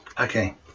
Okay